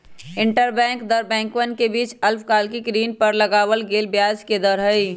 interbank दर बैंकवन के बीच अल्पकालिक ऋण पर लगावल गेलय ब्याज के दर हई